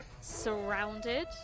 surrounded